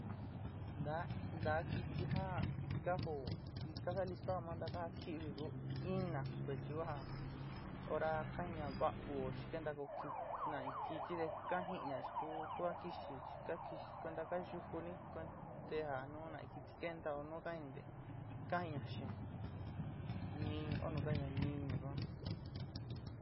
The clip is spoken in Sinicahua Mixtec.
Da da kiti ja ka joo ka saá listoá ma ntaká ja kívu ku, ina kuet yua ja hora ka jin'á va'u xi kenta ko nag in kiti te ka jiiña chi tu tu ka kixi chi ka kixi kuenta ka yukuní konte ja nuni kiti kentao nu ni ka jini te ka jin'a xeen, ni óó nu ka jinna niñu suan.